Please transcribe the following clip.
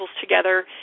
together